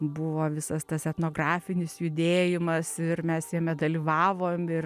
buvo visas tas etnografinis judėjimas ir mes jame dalyvavom ir